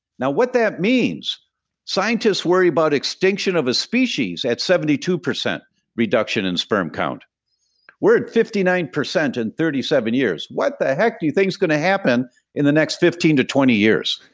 now, what that means scientist worry about extinction of a species at seventy two percent reduction in sperm count we're at fifty nine percent in thirty seven years, what the heck do you think is going to happen in the next fifteen to twenty years?